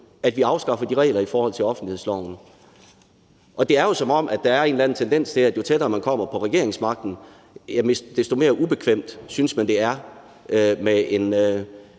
at vi afskaffer reglerne i forhold til offentlighedsloven. Det er jo, som om der er en eller anden tendens til, at jo tættere man kommer på magten, desto mere ubekvemt synes man det er med en